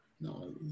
No